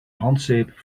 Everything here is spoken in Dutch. handzeep